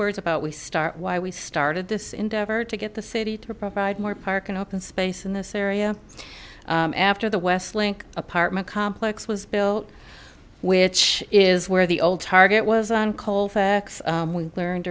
words about we start why we started this endeavor to get the city to provide more park and open space in this area after the west link apartment complex was built which is where the old target was on colfax we learned